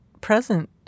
present